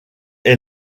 est